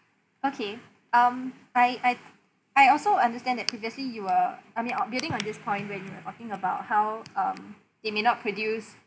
okay um I I I also understand that previously you were I mean o~ building on this point when you're talking about how um they may not produce